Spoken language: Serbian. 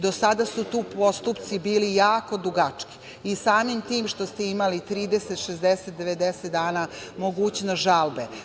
Do sada su tu postupci bili jako dugački i samim tim što ste imali 30, 60, 90 dana mogućnost žalbe.